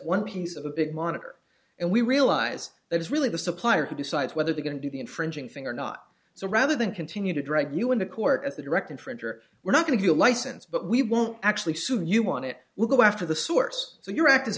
one piece of a big monitor and we realize that it's really the supplier who decides whether they're going to do the infringing thing or not so rather than continue to drag you into court at the direct infringer we're not going to be a license but we won't actually sue you want it we'll go after the source so your ac